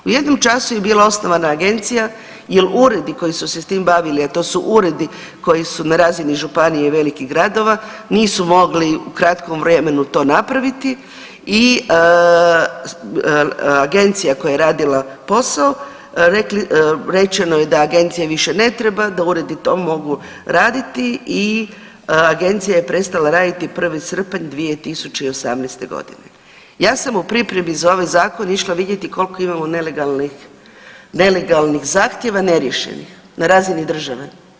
U jednom času je bila osnovana agencija jel uredi koji su se s tim bavili, a to su uredi koji su na razini županije i velikih gradova, nisu mogli u kratkom vremenu to napraviti i agencija koja je radila posao rečeno je da agencija više ne treba da uredi to mogu raditi i agencija je prestala raditi 1. srpanj 2018.g. Ja sam u pripremi za ovaj zakon išla vidjeti koliko imamo nelegalnih, nelegalnih zahtjeva neriješenih na razini države.